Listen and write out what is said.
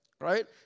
right